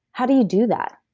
how do you do that?